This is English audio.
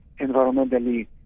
environmentally